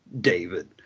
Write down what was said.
David